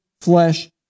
flesh